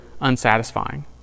unsatisfying